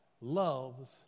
loves